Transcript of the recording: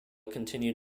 continued